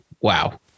wow